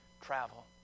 travel